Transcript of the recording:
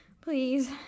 please